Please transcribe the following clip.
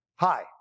Hi